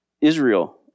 Israel